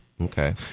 okay